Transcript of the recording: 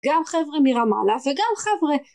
גם חבר'ה מרמאללה וגם חבר'ה